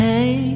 Hey